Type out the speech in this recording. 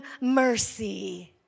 mercy